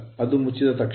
ಅದು ಮುಚ್ಚಿದ ತಕ್ಷಣ